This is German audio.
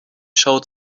schaut